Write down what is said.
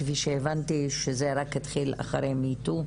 כי הבנתי שזה התחיל אחרי מי-טו,